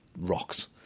rocks